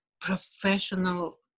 professional